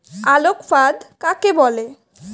আলোক ফাঁদ কাকে বলে?